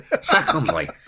Secondly